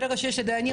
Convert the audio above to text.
ברגע שיש דיינים,